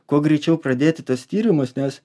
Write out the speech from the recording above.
kuo greičiau pradėti tuos tyrimus nes